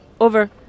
Over